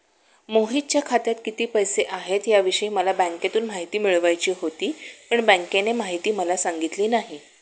मोहितच्या खात्यात किती पैसे आहेत याविषयी मला बँकेतून माहिती मिळवायची होती, पण बँकेने माहिती मला सांगितली नाही